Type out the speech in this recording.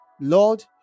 lord